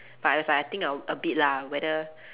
but I was like I think I'll a bit lah whether